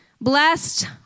Blessed